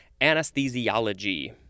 anesthesiology